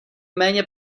méně